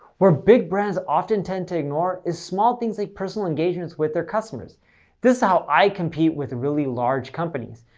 where big brands often tend to ignore is small things like personal engagements with their customers this is how i compete with really large companies.